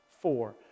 Four